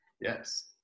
Yes